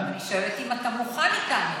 אני שואלת אם אתה מוכן איתנו,